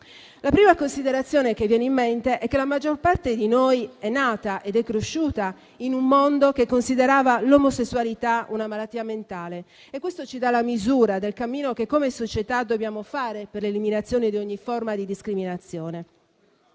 La prima considerazione che viene in mente è che la maggior parte di noi è nata ed è cresciuta in un mondo che considerava l'omosessualità una malattia mentale. Questo ci dà la misura del cammino che, come società, dobbiamo fare per l'eliminazione di ogni forma di discriminazione.